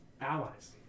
allies